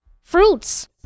Fruits